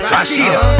Rashida